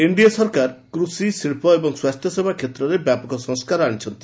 NDA ସରକାର କୃଷି ଶିଳ୍ପ ଏବଂ ସ୍ୱାସ୍ଥ୍ୟସେବା କ୍ଷେତ୍ରରେ ବ୍ୟାପକ ସଂସ୍କାର ଆଶିଛନ୍ତି